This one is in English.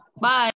Bye